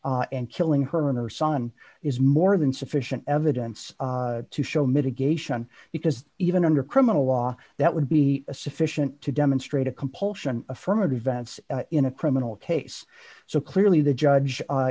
gun and killing her and her son is more than sufficient evidence to show mitigation because even under criminal law that would be sufficient to demonstrate a compulsion affirmative in a criminal case so clearly the judge